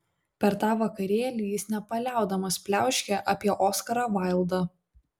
per tą vakarėlį jis nepaliaudamas pliauškė apie oskarą vaildą